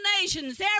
nations